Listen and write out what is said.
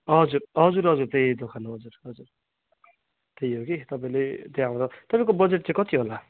हजुर हजुर हजुर त्यही दोकान हो हजुर हजुर त्यही हो कि तपाईँले त्यहाँबाट तपाईँको बजट चाहिँ कति होला